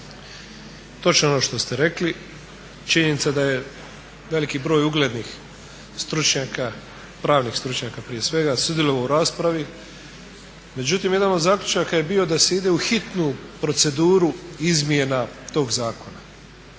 Točno je ono što ste rekli, činjenica da je veliki broj uglednih stručnjaka, pravnih stručnjaka prije svega sudjelovao u raspravi, međutim jedan od zaključaka je bio da se ide u hitnu proceduru izmjena tog zakona